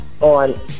on